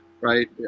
Right